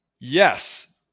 Yes